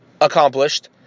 accomplished